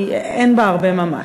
אין בה הרבה ממש.